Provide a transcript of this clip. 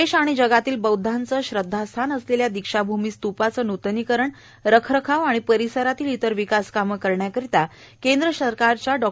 देश आणि जगतील बौद्धांचे श्रद्धास्थान असलेल्या दीक्षाभूमी स्तूपाचे नुतनाकरण आणि रखरखाव तसंच परिसरातील इतर विकासकामे करण्याकरिता केंद्र शासनाच्या डॉ